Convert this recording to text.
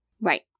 right